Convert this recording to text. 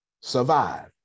survive